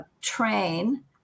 train